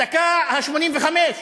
בדקה ה-85,